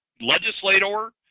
Legislator